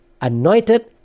anointed